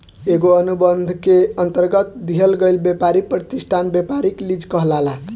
एगो अनुबंध के अंतरगत दिहल गईल ब्यपारी प्रतिष्ठान ब्यपारिक लीज कहलाला